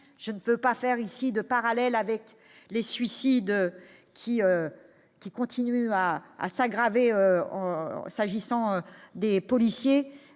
je ne peux pas faire ici de parallèle avec les suicides qui qui continuera à s'aggraver, s'agissant des policiers,